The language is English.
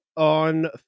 On